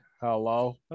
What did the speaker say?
Hello